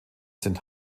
sind